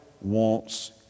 wants